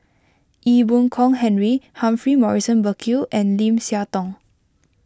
Ee Boon Kong Henry Humphrey Morrison Burkill and Lim Siah Tong